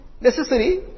necessary